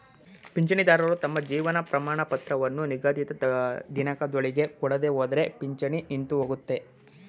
ಪಿಂಚಣಿದಾರರು ತಮ್ಮ ಜೀವನ ಪ್ರಮಾಣಪತ್ರವನ್ನು ನಿಗದಿತ ದಿನಾಂಕದೊಳಗೆ ಕೊಡದೆಹೋದ್ರೆ ಪಿಂಚಣಿ ನಿಂತುಹೋಗುತ್ತೆ